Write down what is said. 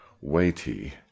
weighty